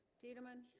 tiedemann